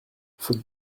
faute